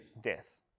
death